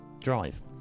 drive